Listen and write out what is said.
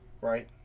Right